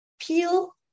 Peel